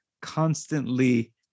constantly